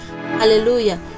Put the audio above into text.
hallelujah